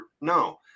no